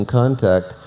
contact